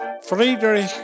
Friedrich